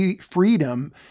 freedom